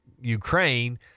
ukraine